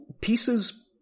pieces